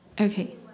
okay